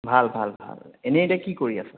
ভাল ভাল ভাল এনে এতিয়া কি কৰি আছা